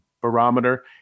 barometer